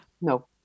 No